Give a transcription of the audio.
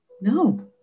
No